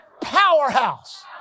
powerhouse